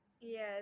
Yes